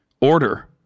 order